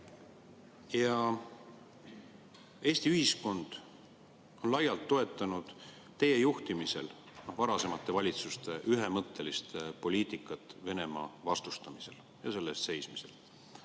Eesti ühiskond on laialt toetanud teie juhtimisel varasemate valitsuste ühemõttelist poliitikat Venemaa vastustamisel ja selle eest seismisel.